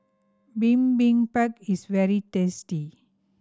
bibimbap is very tasty